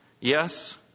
Yes